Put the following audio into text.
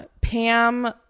Pam